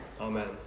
Amen